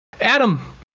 adam